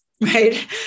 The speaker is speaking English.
right